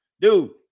Dude